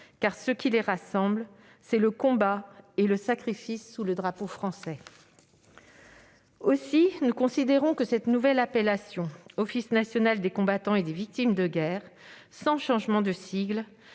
car ce qui les rassemble, c'est le combat et le sacrifice sous le drapeau français. Aussi, nous considérons que cette nouvelle appellation « Office national des combattants et des victimes de guerre », sans changement de sigle,